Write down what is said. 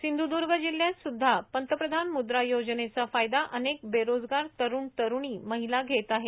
सिंध्दूर्ग जिल्ह्यात सुद्धा प्रधानमंत्री मुद्रा योजनेचा फायदा अनेक बेरोजगार तरुण तरुणी महिला घेत आहेत